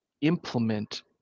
implement